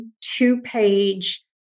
two-page